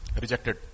Rejected